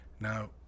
now